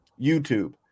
YouTube